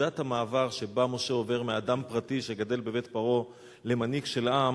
נקודת המעבר שבה משה עובר מאדם פרטי שגדל בבית פרעה למנהיג של עם